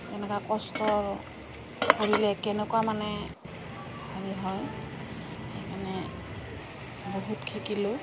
এনেকা কষ্টৰ কৰিলে কেনেকুৱা মানে হেৰি হয় সেইকাৰণে বহুত শিকিলোঁ